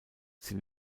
sie